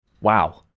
Wow